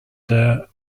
the